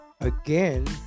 again